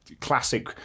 classic